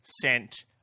sent